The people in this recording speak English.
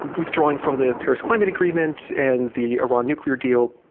withdrawing from the paris climate agreement and the iran nuclear deal,